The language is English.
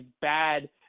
bad